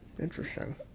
Interesting